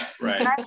right